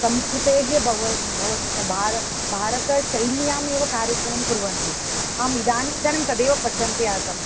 संस्कृतेः भव भवतु भारतं भारतशैल्यामेव कार्यक्रमं कुर्वन्ति आम् इदानीन्तनं तदेव पश्यन्ती आसम्